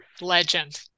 Legend